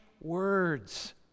words